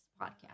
podcast